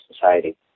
society